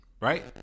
right